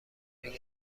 بگن